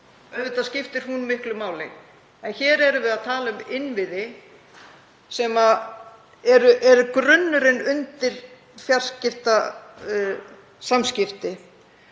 Auðvitað skiptir hún miklu máli. En hér erum við að tala um innviði sem eru grunnurinn undir fjarskiptasamskipti